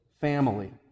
family